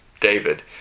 David